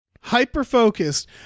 hyper-focused